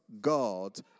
God